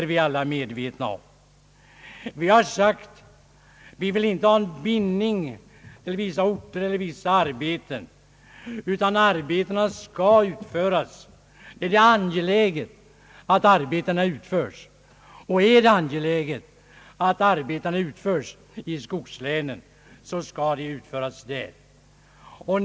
Vi har sagt att vi inte vill ha en bindning av de åtgärder det här gäller till vissa orter eller till vissa arbeten, utan att arbetena skall utföras där det är angeläget att de utförs. Är det angeläget att arbetena utförs i skogslänen, skall de utföras där.